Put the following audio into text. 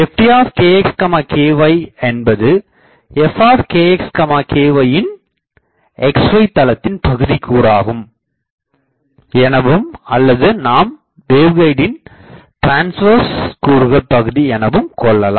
Ftkxky என்பது fkx kyஇன் x y தளத்தின் பகுதிகூர் எனவும் அல்லது நாம் வேவ்கைடின் டிரான்ஸ்வர்ஸ் கூறுகளின் பகுதி எனவும் கொள்ளலாம்